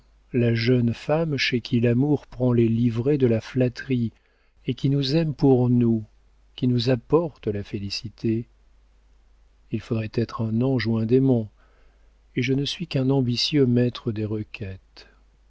la jeune femme chez qui l'amour prend les livrées de la flatterie et qui nous aime pour nous qui nous apporte la félicité il faudrait être un ange ou un démon et je ne suis qu'un ambitieux maître des requêtes